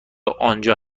آنجا